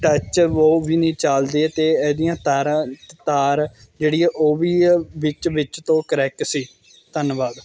touch ਉਹ ਵੀ ਨਹੀਂ ਚੱਲਦੀ ਅਤੇ ਇਹਦੀਆਂ ਤਾਰਾਂ ਤ ਤਾਰ ਜਿਹੜੀ ਹੈ ਉਹ ਵੀ ਆ ਵਿੱਚ ਵਿੱਚ ਤੋਂ ਕਰੈੱਕ ਸੀ ਧੰਨਵਾਦ